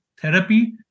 therapy